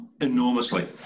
enormously